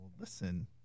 Listen